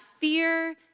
fear